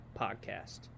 podcast